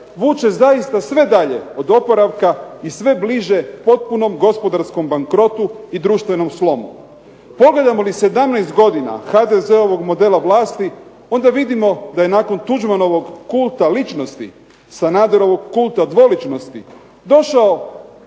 vuče zaista sve dalje od oporavka i sve bliže potpunom gospodarskom bankrotu i društvenom slomu. Pogledamo li 17 godina HDZ-ovog modela vlasti onda vidimo da je nakon Tuđmanovog kulta ličnosti, Sanaderovog kulta dvoličnosti došao